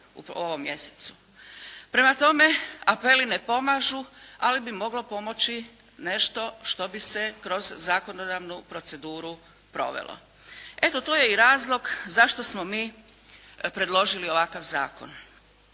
u ovom mjesecu. Prema tome apeli na pomažu, ali bi moglo pomoći nešto to bi se kroz zakonodavnu proceduru provelo. Eto to je i razlog zašto smo mi predložili ovakav zakon.